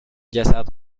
جسد